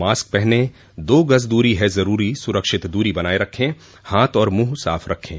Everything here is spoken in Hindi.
मास्क पहनें दो गज़ दूरी है ज़रूरी सुरक्षित दूरी बनाए रखें हाथ और मुंह साफ़ रखें